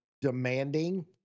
demanding